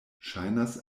ŝajnas